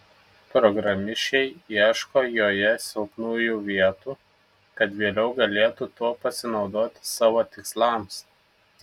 programišiai ieško joje silpnųjų vietų kad vėliau galėtų tuo pasinaudoti savo tikslams